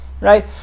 right